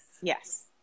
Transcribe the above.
Yes